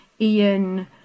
Ian